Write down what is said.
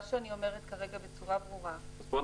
מה שאני אומרת כרגע בצורה ברורה -- אז בואו